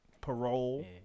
parole